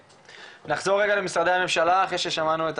לחזור רגע למשרדי הממשלה אחרי ששמענו את